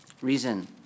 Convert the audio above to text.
reason